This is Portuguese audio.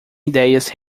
idéias